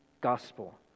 gospel